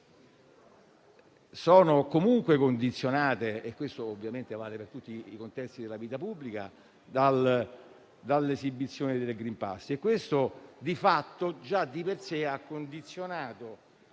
sono comunque condizionate - questo ovviamente vale per tutti i contesti della vita pubblica - all'esibizione del *green pass.*